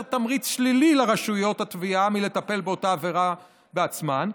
תמריץ שלילי לרשויות התביעה בטיפול באותה עבירה בעצמן,